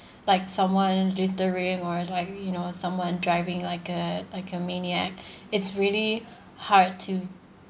like someone littering or like you know someone driving like a like a maniac it's really hard to